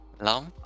Lam